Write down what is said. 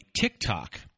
TikTok